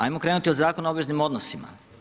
Ajmo krenuti od Zakona o obveznim odnosima.